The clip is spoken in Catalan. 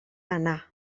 anar